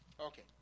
Okay